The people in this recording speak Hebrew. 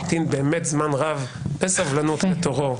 והמתין זמן רב בסבלנות לתורו.